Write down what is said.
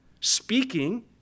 speaking